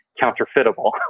counterfeitable